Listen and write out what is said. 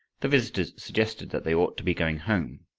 the visitors suggested that they ought to be going home.